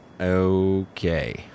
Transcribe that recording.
Okay